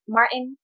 Martin